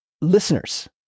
listeners